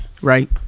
Right